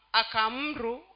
akamru